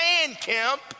Kemp